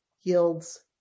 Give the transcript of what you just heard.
yields